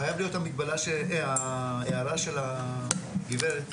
חייבת להיות ההערה של היועצת המשפטית.